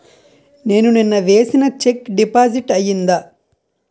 నేను నిన్న వేసిన చెక్ డిపాజిట్ అయిందా?